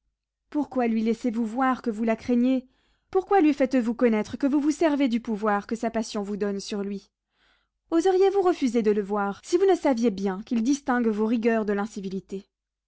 pourquoi lui laissez-vous voir que vous la craignez pourquoi lui faites-vous connaître que vous vous servez du pouvoir que sa passion vous donne sur lui oseriez-vous refuser de le voir si vous ne saviez bien qu'il distingue vos rigueurs de l'incivilité